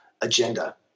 agenda